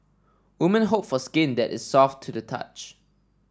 women hope for skin that is soft to the touch